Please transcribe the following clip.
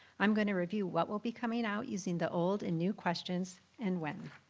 i'm going to review what will be coming out using the old and new questions and when.